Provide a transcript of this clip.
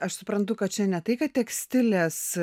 aš suprantu kad čia ne tai kad tekstilės